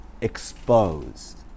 exposed